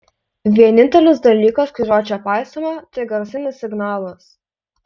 vienintelis dalykas kurio čia paisoma tai garsinis signalas